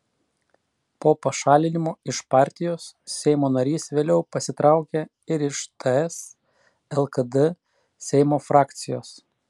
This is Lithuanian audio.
po pašalinimo iš partijos seimo narys vėliau pasitraukė ir iš ts lkd seimo frakcijos